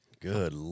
good